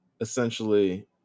essentially